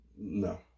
No